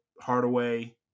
Hardaway